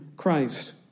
Christ